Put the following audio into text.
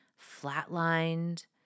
flatlined